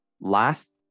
last